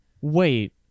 Wait